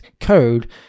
code